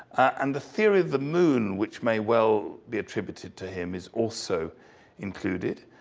and the theory of the moon, which may well be attributed to him, is also included.